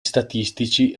statistici